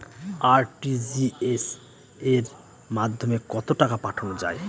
RTGS এর মাধ্যমে কত টাকা পাঠানো যায়?